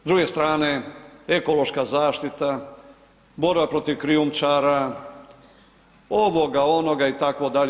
S druge strane ekološka zaštita, borba protiv krijumčara, ovoga, onoga itd.